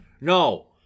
No